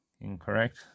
incorrect